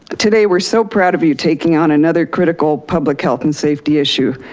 today we're so proud of you taking on another critical public health and safety issue.